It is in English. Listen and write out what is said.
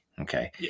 Okay